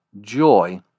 joy